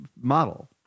model